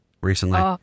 recently